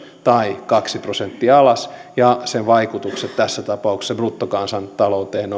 tai kaksi prosenttia alas ja sen vaikutukset tässä tapauksessa bruttokansantalouteen